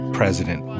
president